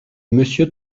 monsieur